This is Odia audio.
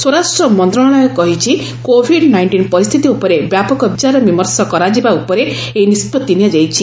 ସ୍ୱରାଷ୍ଟ୍ର ମନ୍ତ୍ରଣାଳୟ କହିଛି କୋଭିଡ ନାଇଣ୍ଟିନ୍ ପରିସ୍ଥିତି ଉପରେ ବ୍ୟାପକ ବିଚାର ବିମର୍ଷ କରାଯିବା ଉପରେ ଏହି ନିଷ୍ପଭି ନିଆଯାଇଛି